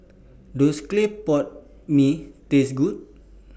Does Clay Pot Mee Taste Good